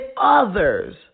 others